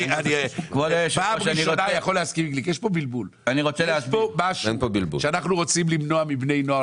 יש כאן משהו שאנחנו רוצים למנוע מבני הנוער